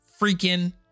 freaking